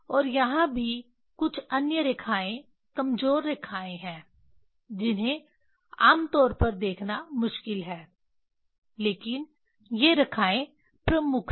और यहाँ भी कुछ अन्य रेखाएँ कमजोर रेखाएँ हैं जिन्हें आम तौर पर देखना मुश्किल है लेकिन ये रेखाएँ प्रमुख हैं